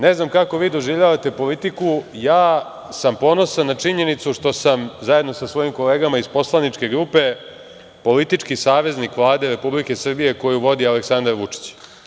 Ne znam kako vi doživljavate politiku, ja sam ponosan na činjenicu što sam zajedno sa svojim kolegama iz poslaničke grupe politički saveznik Vlade Republike Srbije koju vodi Aleksandar Vučić.